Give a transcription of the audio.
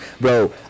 bro